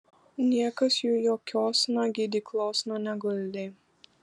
niekas jų jokiosna gydyklosna neguldė